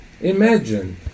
imagine